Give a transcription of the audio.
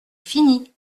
fini